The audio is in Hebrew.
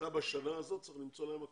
--- בשנה הזאת אתה צריך למצוא להם מקום.